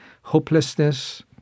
hopelessness